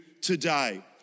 today